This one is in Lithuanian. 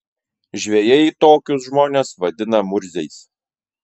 žvejai tokius žmones vadina murziais